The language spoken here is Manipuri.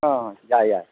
ꯑꯥ ꯌꯥꯏ ꯌꯥꯏ